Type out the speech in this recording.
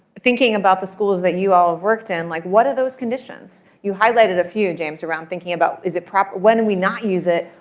thinking about the schools that you all have worked in, like what are those conditions? you highlighted a few, james, around thinking about. is it proper? when do we not use it?